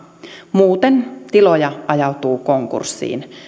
muuten tiloja ajautuu konkurssiin